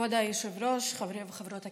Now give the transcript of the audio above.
כבוד היושב-ראש, חברי וחברות הכנסת,